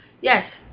Yes